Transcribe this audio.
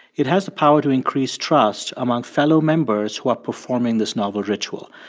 it has the power to increase trust among fellow members who are performing this novel ritual.